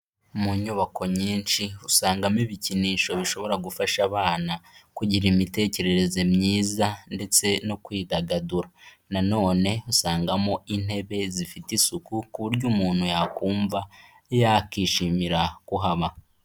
Mu nyubako nyinshi usangamo ibikinisho bishobora gufasha abana, kugira imitekerereze myiza ndetse no kwidagadura, nanone usangamo intebe zifite isuku ku buryo umuntu yakumva yakishimira kuhaba.